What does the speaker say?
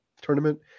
tournament